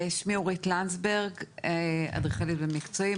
אני אדריכלית במקצועי,